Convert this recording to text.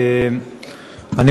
אדוני,